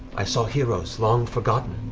i saw heroes, long forgotten,